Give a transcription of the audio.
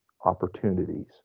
opportunities